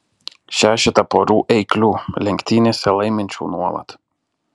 šešetą porų eiklių lenktynėse laiminčių nuolat